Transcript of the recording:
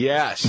Yes